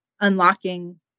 unlocking